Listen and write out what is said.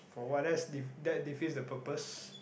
for what that's defeats that defeats the purpose